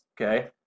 okay